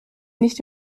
nicht